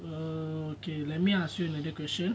err okay let me ask you another question